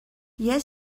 yet